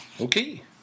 Okay